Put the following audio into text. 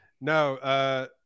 No